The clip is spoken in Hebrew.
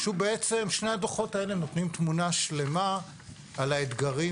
שני הדוחות האלה נותנים תמונה שלמה על האתגרים